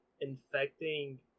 infecting